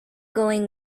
going